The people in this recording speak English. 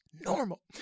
normal